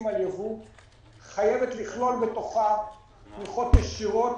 על ייבוא חייבת לכלול בתוכה תמיכות ישירות